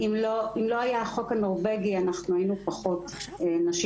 אם לא היה החוק הנורבגי אנחנו היינו פחות נשים